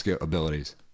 abilities